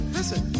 Listen